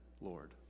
Lord